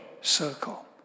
circle